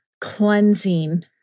cleansing